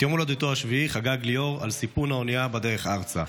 את יום הולדתו השביעי חגג ליאור על סיפון האונייה בדרך ארצה.